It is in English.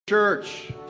church